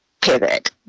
pivot